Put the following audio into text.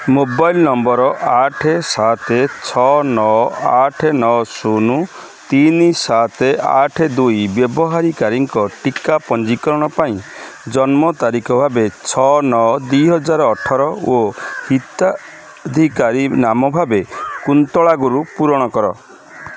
mobile number ଆଠ ସାତ ଛଅ ନଅ ଆଠ ନଅ ଶୂନ ତିନି ସାତ ଆଠ ଦୁଇ ବ୍ୟବହାରକାରୀଙ୍କ ଟୀକା ପଞ୍ଜୀକରଣ ପାଇଁ ଜନ୍ମ ତାରିଖ ଭାବେ ଛଅ ନଅ ଦୁଇହଜାର ଅଠର ଓ ହିତାଧିକାରୀ ନାମ ଭାବେ କୁନ୍ତଳା ଗୁରୁ ପୂରଣ କର